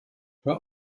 hör